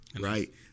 right